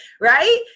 right